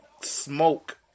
smoke